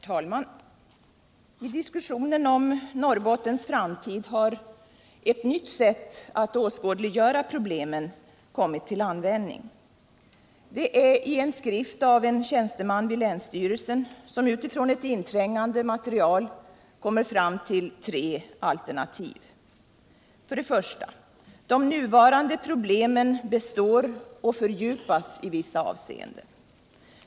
Herr talman! I diskussionen om Norrbottens framtid har ett nytt sätt att åskådliggöra problemen kommit till användning. Det är i en skrift av en tjänsteman vid länsstyrelsen, som utifrån ett inträngande material kommer fram till tre alternativ. För det första: De nuvarande problemen består och fördjupas i vissa avseenden.